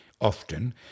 often